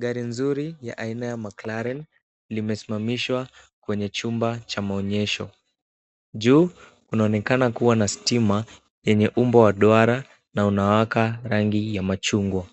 Gari nzuri ya aina ya Maclaren limesimamishwa kwenye chumba cha maonyesho. Juu kunaonekana kuwa na stima yenye umbo wa duara na unawaka rangi ya machungwa.